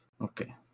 Okay